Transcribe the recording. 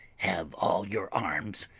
have all your arms!